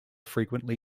frequently